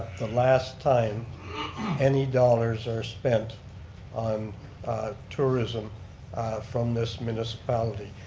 the last time any dollars are spent on tourism from this municipality.